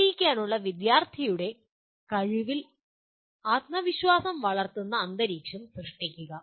വിജയിക്കാനുള്ള വിദ്യാർത്ഥിയുടെ കഴിവിൽ ആത്മവിശ്വാസം വളർത്തുന്ന അന്തരീക്ഷം സൃഷ്ടിക്കുക